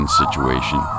situation